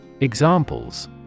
Examples